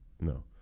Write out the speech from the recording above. No